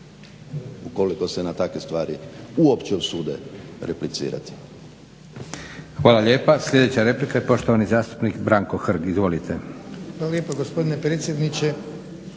ukoliko se na takve stvari uopće usude replicirati.